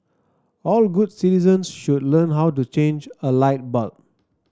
all good citizens should learn how to change a light bulb